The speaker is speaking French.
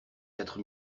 quatre